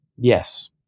Yes